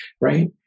right